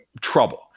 Trouble